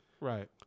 Right